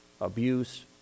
abuse